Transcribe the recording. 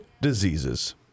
diseases